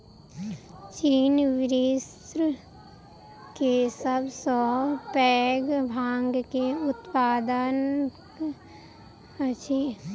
चीन विश्व के सब सॅ पैघ भांग के उत्पादक अछि